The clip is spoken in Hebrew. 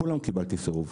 בכולן קיבלתי סירוב.